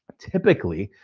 typically,